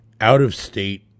out-of-state